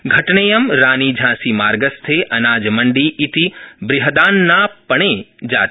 घन्नियं रानीझांसीमार्गेस्थे अनाजमण्डी इति बृहदान्नापणे जाता